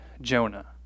Jonah